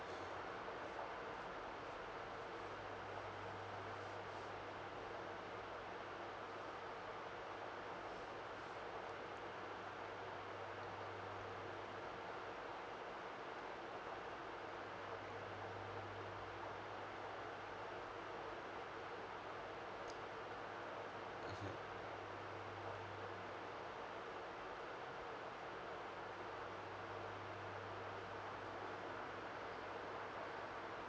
mmhmm